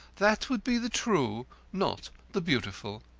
that would be the true, not the beautiful.